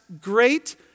great